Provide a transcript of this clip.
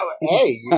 Hey